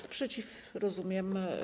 Sprzeciw rozumiem.